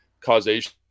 causation